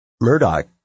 Murdoch